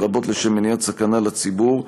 לרבות לשם מניעת סכנה לציבור,